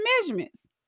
measurements